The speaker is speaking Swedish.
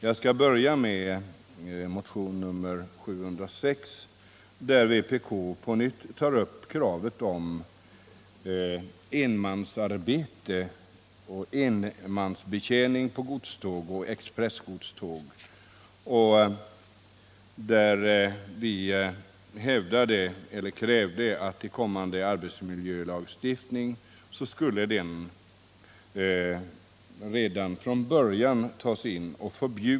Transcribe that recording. Jag skall börja med att behandla motionen 706, där vänsterpartiet kommunisterna på nytt tar upp kravet att förbud mot enmansarbete och enmansbetjäning på godståg och expressgodståg skall tas in redan från början i kommande arbetsmiljölagstiftning.